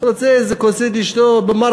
ומי שיודע לעשות תכמונים,